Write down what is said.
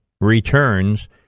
returns